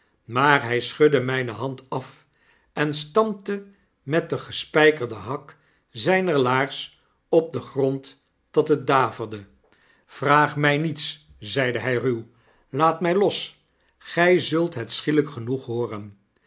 maar hij schudde myne hand af en stampte met den gespijkerden hak zijner laars op den grond dat het daverde vraag my niets zeide hy ruw laat my los gy zult het schielijk genoeg hooren